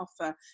offer